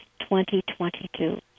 2022